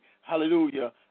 Hallelujah